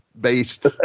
based